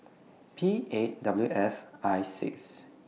P eight W F I six